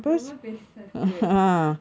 ரொம்ப பெருசா இருக்கு:romba perusaa irukku